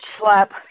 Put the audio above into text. slap